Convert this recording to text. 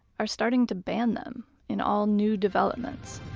are starting to ban them in all new developments